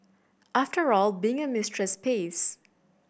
after all being a mistress pays